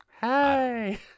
Hey